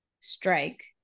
strike